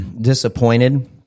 disappointed